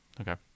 Okay